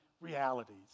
realities